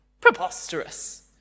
preposterous